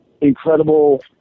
incredible